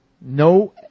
no